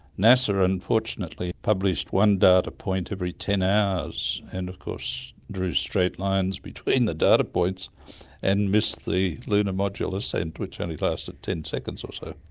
nasa unfortunately published one data point every ten hours and of course drew straight lines between the data points and missed the lunar module ascent which only lasted ten seconds or so.